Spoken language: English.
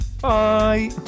Bye